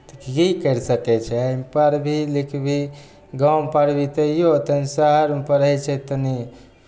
तऽ की करि सकै छै पढ़बिही लिखबिही गाँवमे पढ़बिही तैओ आ शहरमे पढै छै तनी